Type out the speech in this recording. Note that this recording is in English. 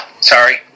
Sorry